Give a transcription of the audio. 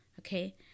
Okay